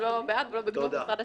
לא בעד ולא בגנות משרד התקשורת.